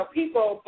people